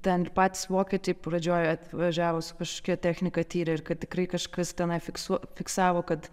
ten ir patys vokiečiai pradžioj atvažiavo su kažkokia technika tyrė ir kad tikrai kažkas tenai fiksuo fiksavo kad